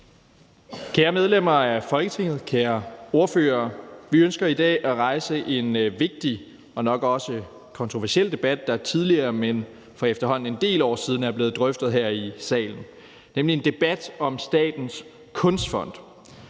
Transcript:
Kære medlemmer af Folketinget, kære ordførere. Vi ønsker i dag at rejse en vigtig og nok også kontroversiel debat, der tidligere, men for efterhånden en del år siden, er blevet drøftet her i salen, nemlig en debat om Statens Kunstfond.